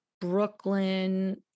Brooklyn